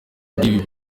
bw’ibyo